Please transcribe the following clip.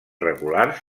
regulars